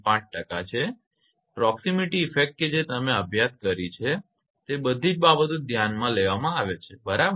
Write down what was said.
5 છે proximity effect કે જે તમે અભ્યાસ કરી છે તે બધી જ બાબતો લેવામાં આવે છે બરાબર